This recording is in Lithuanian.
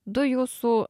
du jūsų